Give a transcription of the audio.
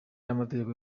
n’amategeko